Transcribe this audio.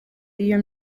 iyo